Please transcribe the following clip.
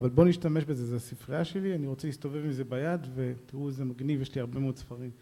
אבל בוא נשתמש בזה, זה הספרייה שלי, אני רוצה להסתובב עם זה ביד ותראו איזה מגניב, יש לי הרבה מאוד ספרים